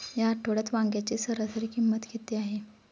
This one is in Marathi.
या आठवड्यात वांग्याची सरासरी किंमत किती आहे?